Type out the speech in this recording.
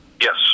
Yes